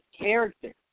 character